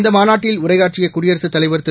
இந்த மாநாட்டில் உரையாற்றிய குடியரசுத் தலைவர் திரு